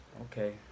Okay